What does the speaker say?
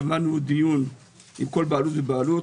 קבענו דיון עם כל בעלות ובעלות,